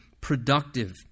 productive